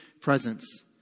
presence